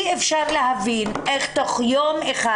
אי אפשר להבין איך תוך יום אחד,